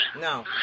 No